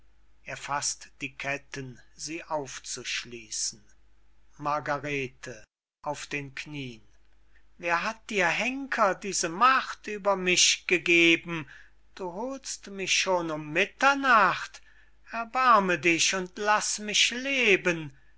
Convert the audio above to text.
er faßt die ketten sie aufzuschließen margarete auf den knieen wer hat dir henker diese macht ueber mich gegeben du holst mich schon um mitternacht erbarme dich und laß mich leben